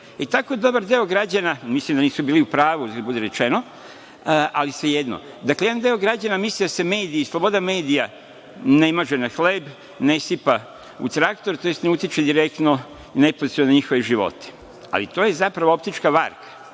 Tako dobar deo građana, mislim da nisu bili u pravu, uzgred budi rečeno, ali svejedno, dakle, jedan deo građana misli da se mediji, sloboda medija ne maže na hleb, ne sipa u traktor, tj. ne utiče direktno i neposredno na njihove živote. Ali, to je zapravo optička